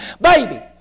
baby